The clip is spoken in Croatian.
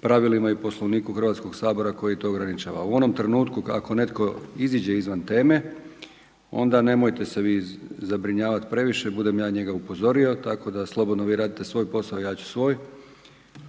pravilima i Poslovniku Hrvatskog sabora koji to ograničava. A u onom trenutku ako netko iziđe izvan teme onda nemojte se vi zabrinjavati previše, budem ja njega upozorio tako da slobodno vi radite svoj posao a ja ću svoj.